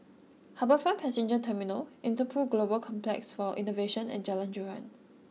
HarbourFront Passenger Terminal Interpol Global Complex for Innovation and Jalan Joran